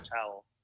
towel